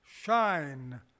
shine